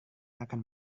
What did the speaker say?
akan